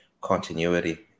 continuity